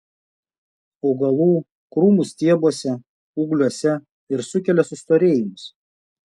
augalų krūmų stiebuose ūgliuose ir sukelia sustorėjimus